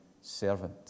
servant